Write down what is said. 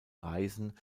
reisen